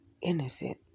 innocent